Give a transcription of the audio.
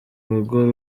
rugo